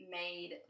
made